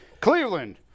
Cleveland